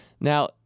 Now